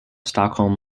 stockholm